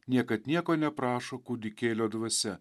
niekad nieko neprašo kūdikėlio dvasia